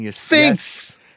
Thanks